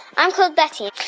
i'm called betty,